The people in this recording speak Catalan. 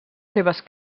seves